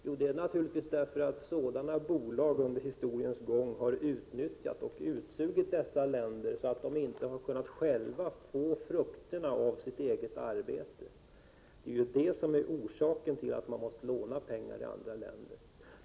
Jo, sådana här bolag har under historiens gång utnyttjat och utsugit dessa länder så att länderna inte har fått skörda frukterna av sitt eget arbete. Det är ju orsaken till att man måste låna pengar i andra länder.